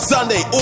Sunday